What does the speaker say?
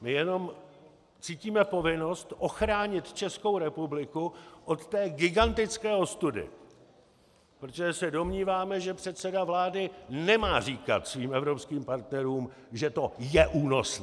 My jenom cítíme povinnost ochránit Českou republiku od té gigantické ostudy, protože se domníváme, že předseda vlády nemá říkat svým evropským partnerům, že to je únosné.